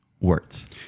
words